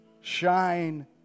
shine